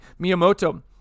Miyamoto